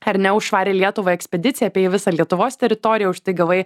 ar ne už švarią lietuvą ekspediciją apėjai visą lietuvos teritoriją už tai gavai